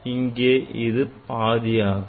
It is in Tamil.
அங்கே இது பாதியாகும்